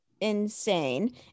insane